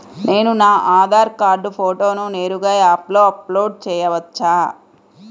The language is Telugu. నేను నా ఆధార్ కార్డ్ ఫోటోను నేరుగా యాప్లో అప్లోడ్ చేయవచ్చా?